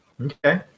Okay